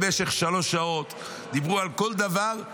במשך שלוש שעות דיברו על כל דבר,